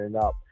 up